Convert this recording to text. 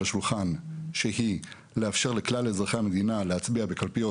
השולחן שהיא לאפשר לכלל אזרחי המדינה להצביע בקלפיות